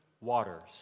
Waters